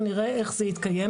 ונראה איך זה יתקיים.